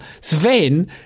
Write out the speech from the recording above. Sven